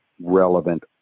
relevant